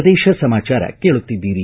ಪ್ರದೇಶ ಸಮಾಚಾರ ಕೇಳುತ್ತಿದ್ದೀರಿ